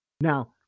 now